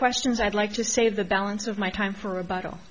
questions i'd like to say the balance of my time for a bottle